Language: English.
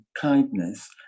kindness